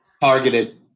Targeted